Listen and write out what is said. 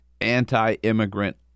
anti-immigrant